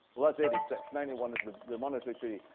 well, that's eighty six. ninety one is the the monetary treaty.